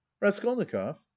raskolnikov